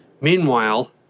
Meanwhile